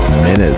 minutes